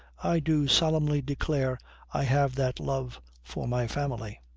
i do solemnly declare i have that love for my family.